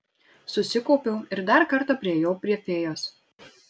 susikaupiau ir dar kartą priėjau prie fėjos